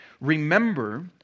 remember